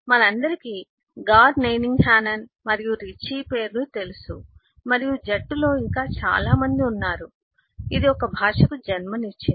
మనందరికీ గార్ నేనింగ్ హానన్ మరియు రిచీ పేర్లు తెలుసు మరియు జట్టులో ఇంకా చాలా మంది ఉన్నారు మరియు ఇది ఒక భాషకు జన్మనిచ్చింది